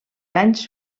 anys